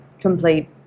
complete